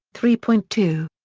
three point two.